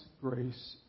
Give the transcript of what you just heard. grace